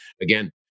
again